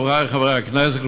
חברי חברי הכנסת,